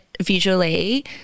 visually